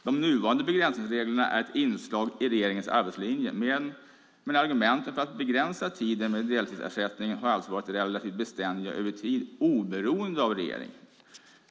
De nuvarande begränsningsreglerna är ett inslag i regeringens arbetslinje, men argumenten att begränsa tiden med deltidsersättning har alltid varit relativt beständiga över tiden oberoende av regering.